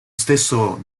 stesso